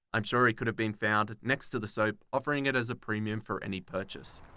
i'm sure he could have been found next to the soap offering it as a premium for any purchase.